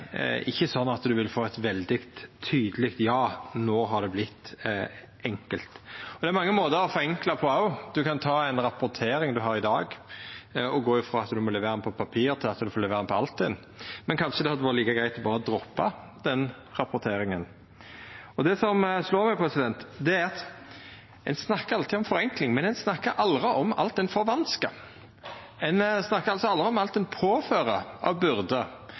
ikkje sånn at ein vil få eit veldig tydeleg ja, no har det vorte enkelt. Det er mange måtar å forenkla på. Ein kan ta ei rapportering i dag og gå frå å levera ho på papir til å levera ho på Altinn. Men kanskje hadde det vore like greitt å berre droppa den rapporteringa? Det som slår meg, er at ein snakkar alltid om forenkling, men ein snakkar aldri om alt ein forvanskar. Ein snakkar altså aldri om alt ein påfører av